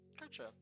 Gotcha